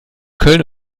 köln